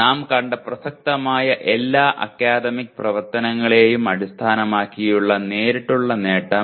നാം കണ്ട പ്രസക്തമായ എല്ലാ അക്കാദമിക് പ്രവർത്തനങ്ങളെയും അടിസ്ഥാനമാക്കിയുള്ള നേരിട്ടുള്ള നേട്ടം 0